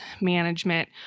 management